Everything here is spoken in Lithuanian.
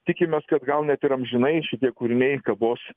tikimės kad gal net ir amžinai šitie kūriniai kabos